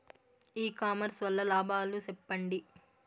ఇ commerce వల్ల లాభాలు సెప్పండి?